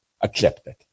accepted